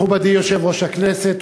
מכובדי יושב-ראש הכנסת,